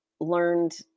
learned